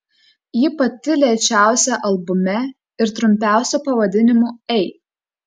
ji pati lėčiausia albume ir trumpiausiu pavadinimu ei